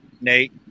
Nate